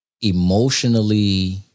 emotionally